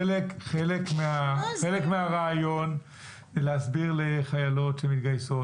חלק מהרעיון הוא להסביר לחיילות שמתגייסות